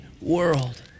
world